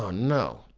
ah no,